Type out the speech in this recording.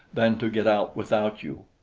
than to get out without you.